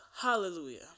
Hallelujah